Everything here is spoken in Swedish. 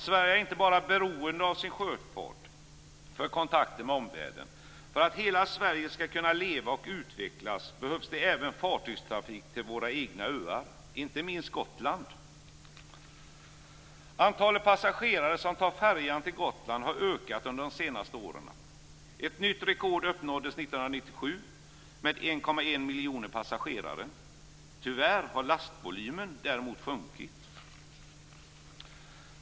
Sverige är inte bara beroende av sin sjöfart för kontakten med omvärlden. För att hela Sverige skall kunna leva och utvecklas behövs det även fartygstrafik till våra egna öar, inte minst till och från Gotland. Antalet passagerare som tar färjan till Gotland har ökat under de senaste åren. Ett nytt rekord uppnåddes 1997 med 1,1 miljoner passagerare. Tyvärr har däremot lastvolymen sjunkit.